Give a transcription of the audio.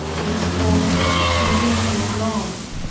this fault continued long,